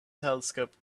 telescope